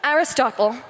Aristotle